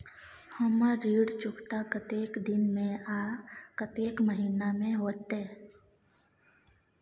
हमर ऋण चुकता कतेक दिन में आ कतेक महीना में होतै?